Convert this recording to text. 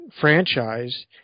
franchise